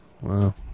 Wow